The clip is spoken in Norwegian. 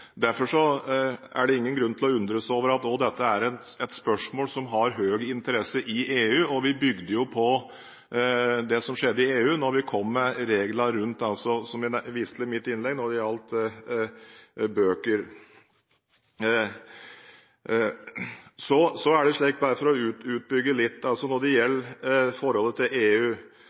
Derfor er det ingen grunn til å undres over at dette også er et spørsmål som har høy interesse i EU. Og vi bygde på det som skjedde i EU, da vi kom med reglene som gjaldt bøker, som jeg viste til i mitt innlegg. For å utbygge litt når det gjelder forholdet til EU: